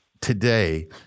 today